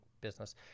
business